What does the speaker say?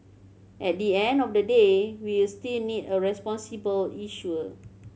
at the end of the day we still need a responsible issuer